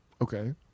Okay